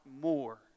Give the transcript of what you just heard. more